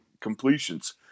completions